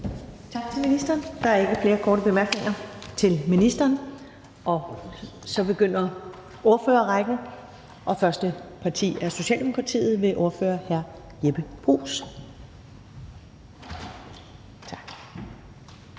Tak til ministeren. Der er ikke flere korte bemærkninger til ministeren. Så begynder ordførerrækken, og det første parti er Socialdemokratiet ved ordfører hr. Jeppe Bruus.